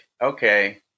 okay